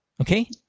Okay